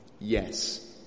yes